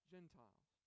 Gentiles